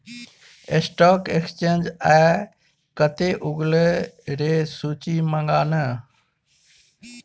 stock exchange आय कते उगलै रै सूची मंगा ने